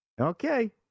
okay